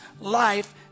life